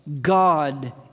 God